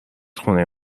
خونه